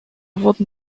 wurden